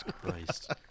Christ